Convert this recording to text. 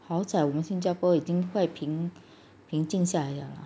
好在我们新加坡已经快平平静下来了